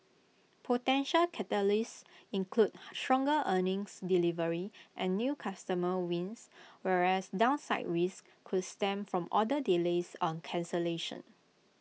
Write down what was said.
potential catalysts include stronger earnings delivery and new customer wins whereas downside risks could stem from order delays or cancellations